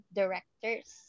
directors